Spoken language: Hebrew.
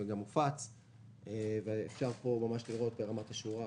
וגם הופץ ואפשר פה לראות ברמת השורה.